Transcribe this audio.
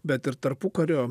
bet ir tarpukario